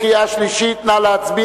6), קריאה שלישית, נא להצביע.